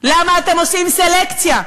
למה אתם עושים סלקציה?